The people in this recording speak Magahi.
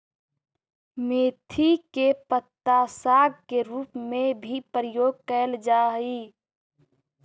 मेथी के पत्ता साग के रूप में भी प्रयोग कैल जा हइ